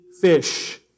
fish